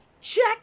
Check